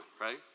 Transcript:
right